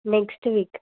next week